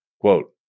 Quote